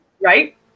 Right